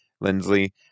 lindsley